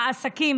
העסקים,